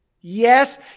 Yes